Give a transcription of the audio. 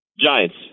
Giants